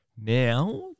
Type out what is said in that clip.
Now